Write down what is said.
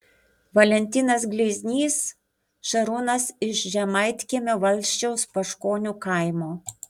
valentinas gleiznys šarūnas iš žemaitkiemio valsčiaus paškonių kaimo